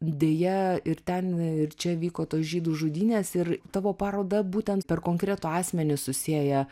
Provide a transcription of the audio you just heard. deja ir ten ir čia vyko tos žydų žudynės ir tavo paroda būtent per konkretų asmenį susieja